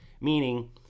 meaning